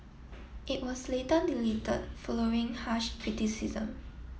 it was later deleted following harsh criticism